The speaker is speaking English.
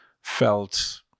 felt